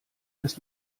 des